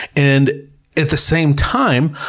and at the same time,